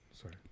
sorry